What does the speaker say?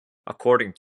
according